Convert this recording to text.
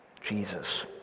Jesus